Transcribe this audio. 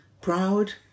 Proud